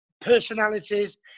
personalities